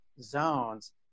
zones